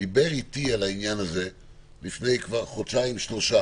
דיבר איתי על העניין הזה כבר לפני חודשיים שלושה